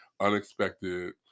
Unexpected